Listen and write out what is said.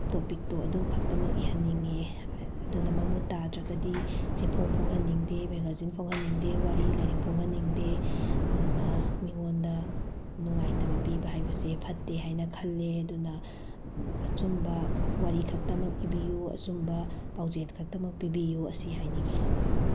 ꯇꯣꯄꯤꯛꯇꯣ ꯑꯗꯨꯈꯛꯇꯃꯛ ꯏꯍꯟꯅꯤꯡꯉꯦ ꯑꯗꯨꯅ ꯃꯃꯨꯠ ꯇꯥꯗ꯭ꯔꯒꯗꯤ ꯆꯦꯐꯣꯡ ꯐꯣꯡꯍꯟꯅꯤꯡꯗꯦ ꯃꯦꯒꯥꯖꯤꯟ ꯐꯣꯡꯍꯟꯅꯤꯡꯗꯦ ꯋꯥꯔꯤ ꯂꯥꯏꯔꯤꯛ ꯐꯣꯡꯍꯟꯅꯤꯡꯗꯦ ꯑꯗꯨꯅ ꯃꯤꯉꯣꯟꯗ ꯅꯨꯡꯉꯥꯏꯇꯕ ꯄꯤꯕ ꯍꯥꯏꯕꯁꯦ ꯐꯠꯇꯦ ꯍꯥꯏꯅ ꯈꯜꯂꯦ ꯑꯗꯨꯅ ꯑꯆꯨꯝꯕ ꯋꯥꯔꯤꯈꯛꯇꯃꯛ ꯏꯕꯤꯌꯨ ꯑꯆꯨꯝꯕ ꯄꯥꯎꯖꯦꯜ ꯈꯛꯇꯃꯛ ꯄꯤꯕꯤꯌꯨ ꯑꯁꯤ ꯍꯥꯏꯅꯤꯡꯏ